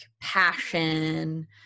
passion